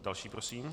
Další prosím.